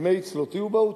בימי "צלותי ובעותי"